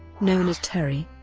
known as terry.